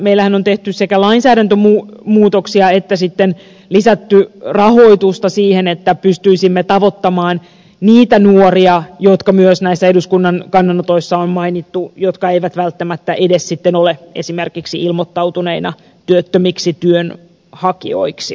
meillähän on sekä tehty lainsäädäntömuutoksia että sitten lisätty rahoitusta siihen että pystyisimme tavoittamaan niitä nuoria jotka myös näissä eduskunnan kannanotoissa on mainittu ja jotka eivät välttämättä edes sitten ole esimerkiksi ilmoittautuneina työttömiksi työnhakijoiksi